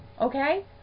Okay